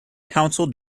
council